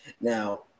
Now